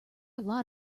lot